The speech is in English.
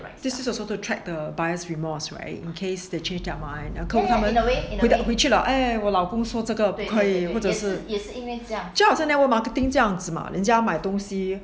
this is also to track the buyer's remorse right in case they changed their minds 可能他们回去了 eh 我老公说这个不可以或者是就好像 network marketing 这样子吗人家买东西